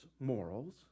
morals